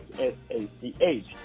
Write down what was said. S-A-C-H